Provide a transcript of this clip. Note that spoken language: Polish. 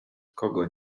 kogo